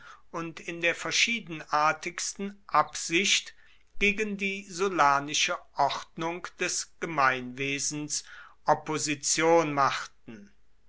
und in der verschiedenartigsten absicht gegen die sullanische ordnung des gemeinwesens opposition machten